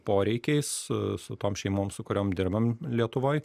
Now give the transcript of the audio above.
poreikiais su tom šeimom su kuriom dirbam lietuvoj